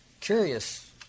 curious